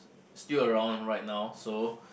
still around right now so